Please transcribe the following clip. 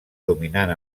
dominant